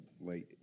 late